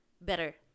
better